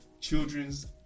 children's